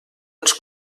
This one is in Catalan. ens